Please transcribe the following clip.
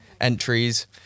entries